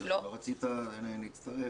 ולא רצית להצטרף?